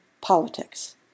politics